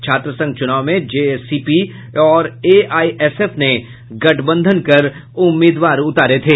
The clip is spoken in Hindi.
छात्र संघ चुनाव में जेएसीपी और एआइएसएफ ने गठबंधन कर उम्मीदवार उतारे थे